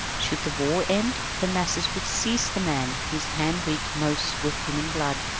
should the war end, the masses would seize the man whose hand reeked most with human blood,